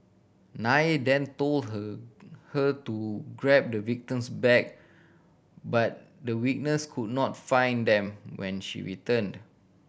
Nair then told her her to grab the victim's bag but the witness could not find them when she returned